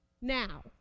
Now